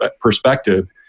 perspective